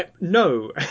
No